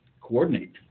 coordinate